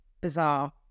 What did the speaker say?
bizarre